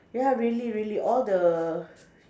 ya really really all the